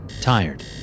tired